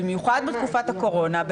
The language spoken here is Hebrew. במיוחד בתקופת הקורונה,